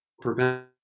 prevent